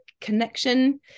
connection